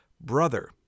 brother